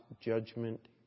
judgment